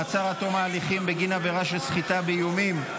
מעצר עד תום ההליכים בגין עבירה של סחיטה באיומים),